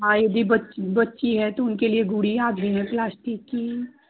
ID बची है तो उनके लिये गुड़िया भी है पस्टिक की